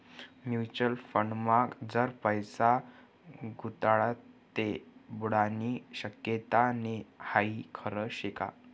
Mutual फंडमा जर पैसा गुताडात ते बुडानी शक्यता नै हाई खरं शेका?